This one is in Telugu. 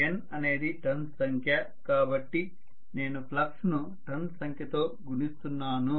N అనేది టర్న్స్ సంఖ్య కాబట్టి నేను ఫ్లక్స్ ను టర్న్స్ సంఖ్యతో గుణిస్తున్నాను